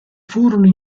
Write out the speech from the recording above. furono